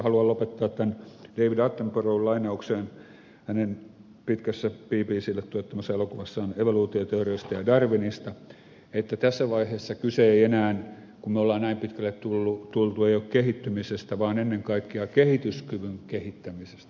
haluan lopettaa tämän david attenboroughin lainaukseen hänen pitkässä bbclle tuottamassa elokuvassaan evoluutioteorioista ja darwinista että tässä vaiheessa kyse ei enää kun me olemme näin pitkälle tulleet ole kehittymisestä vaan ennen kaikkea kehityskyvyn kehittämisestä